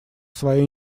своей